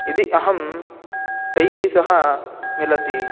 यदि अहं तैः सह मिलामि